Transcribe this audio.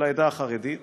של העדה החרדית